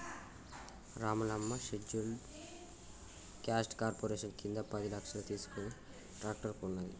Ramulamma scheduled caste corporation కింద పది లక్షలు తీసుకుని ట్రాక్టర్ కొన్నది